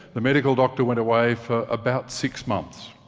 the medical doctor went away for about six months.